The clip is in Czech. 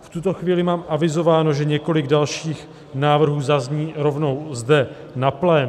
V tuto chvíli mám avizováno, že několik dalších návrhů zazní rovnou zde na plénu.